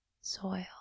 soil